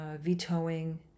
vetoing